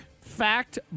Fact